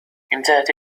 انتهت